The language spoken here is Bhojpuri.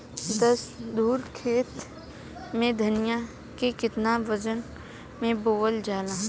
दस धुर खेत में धनिया के केतना वजन मे बोवल जाला?